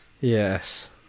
Yes